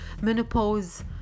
menopause